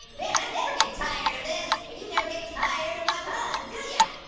man, i'd never get tired of this! and you never get tired of my puns, do ya?